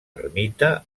ermita